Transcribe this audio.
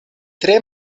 tre